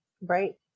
Right